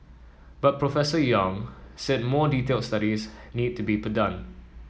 but Professor Yong said more detailed studies need to be done